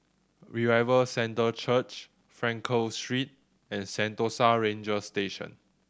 Revival Centre Church Frankel Street and Sentosa Ranger Station